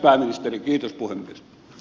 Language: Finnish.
arvoisa puhemies